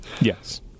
Yes